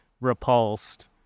repulsed